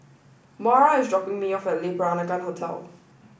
Moira is dropping me off at Le Peranakan Hotel